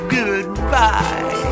goodbye